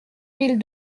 mille